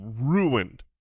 ruined